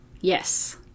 Yes